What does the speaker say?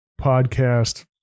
podcast